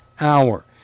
hour